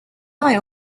eye